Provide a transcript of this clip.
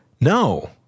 no